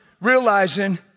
realizing